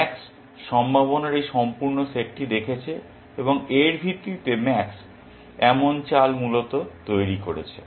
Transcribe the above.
max সম্ভাবনার এই সম্পূর্ণ সেটটি দেখেছে এবং এর ভিত্তিতে ম্যাক্স এমন চাল মূলত তৈরি করেছে